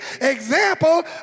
example